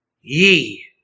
Ye